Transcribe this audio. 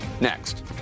next